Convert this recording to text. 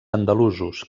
andalusos